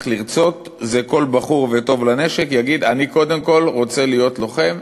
לרצות זה שכל בחור וטוב לנשק יגיד: אני קודם כול רוצה להיות לוחם,